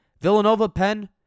Villanova-Penn